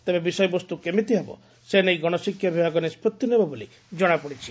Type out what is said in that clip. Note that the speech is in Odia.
ତେବେ ବିଷୟବସ୍ଠୁ କେମିତି ହେବ ସେ ନେଇ ଗଣଶିକ୍ଷା ବିଭାଗ ନିଷ୍ବଭି ନେବ ବୋଲି ଜଣାପଡିଛି